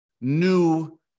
new